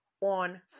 on